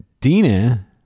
Dina